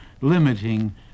limiting